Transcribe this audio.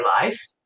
life